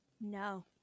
No